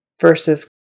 Versus